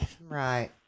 Right